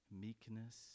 meekness